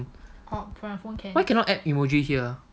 why cannot add emoji here ah